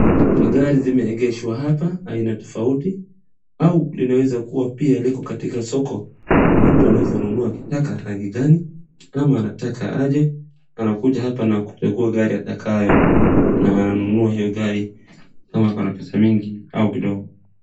Magari zimeegeshwa hapa aina tofauti au linaweza kuwa pia liko katika soko. Mtu anaweza nunua akitaka rangi gani, kama anataka aje anakuja hapa na kuchagua gari atakayo na ananunua hio gari kama akona pesa mingi au kidogo.